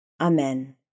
Amen